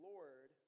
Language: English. Lord